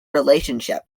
relationship